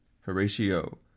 Horatio